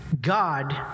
God